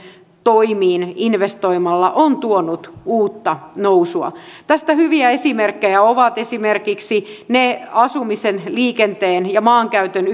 toimiin investoimalla on tuonut uutta nousua tästä hyviä esimerkkejä ovat esimerkiksi ne asumisen liikenteen ja maankäytön